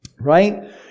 Right